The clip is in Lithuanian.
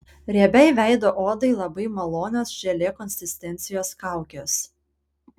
riebiai veido odai labai malonios želė konsistencijos kaukės